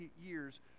years